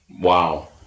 Wow